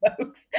folks